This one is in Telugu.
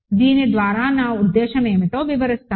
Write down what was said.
దీని ద్వారా నా ఉద్దేశ్యం ఏమిటో వివరిస్తాను